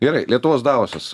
gerai lietuvos davosas